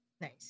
Nice